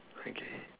okay